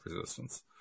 resistance